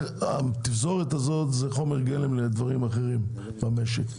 התפזורת הזאת היא חומר גלם לדברים אחרים במשק.